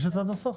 יש הצעת נוסח?